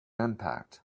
impact